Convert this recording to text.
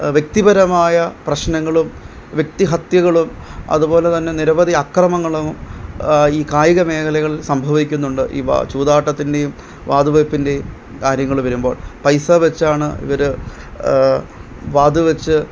വ്യക്തിപരമായ പ്രശ്നങ്ങളും വ്യക്തി ഹത്യകളും അതുപോലെ തന്നെ നിരവധി അക്രമങ്ങളും ഈ കായിക മേഖലകളിൽ സംഭവിക്കുന്നുണ്ട് ഈ വ ചൂതാട്ടത്തിൻ്റെയും വാതുവെപ്പിൻ്റെയും കാര്യങ്ങള് വരുമ്പോൾ പൈസ വെച്ചാണ് ഇവര് വാത് വെച്ച്